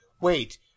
wait